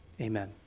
amen